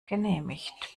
genehmigt